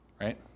right